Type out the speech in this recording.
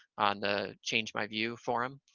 on the change my view forum,